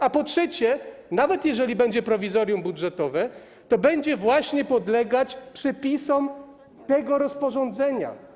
A po trzecie, nawet jeżeli będzie prowizorium budżetowe, to będzie właśnie podlegać przepisom tego rozporządzenia.